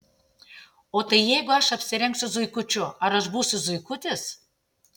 o tai jeigu aš apsirengsiu zuikučiu ar aš būsiu zuikutis